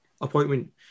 appointment